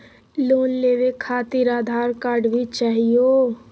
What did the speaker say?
Loan लेवे खातिरआधार card भी चाहियो?